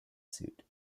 suit